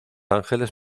ángeles